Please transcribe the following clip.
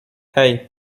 hey